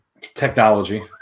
Technology